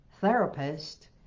therapist